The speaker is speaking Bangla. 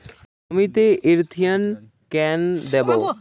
জমিতে ইরথিয়ন কেন দেবো?